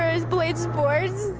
his blade sports.